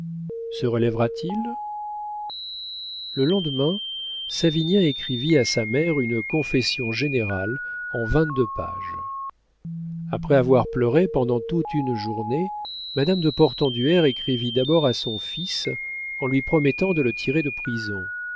se relèvera t il le lendemain savinien écrivit à sa mère une confession générale en vingt-deux pages après avoir pleuré pendant toute une journée madame de portenduère écrivit d'abord à son fils en lui promettant de le tirer de prison